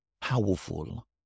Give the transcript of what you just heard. powerful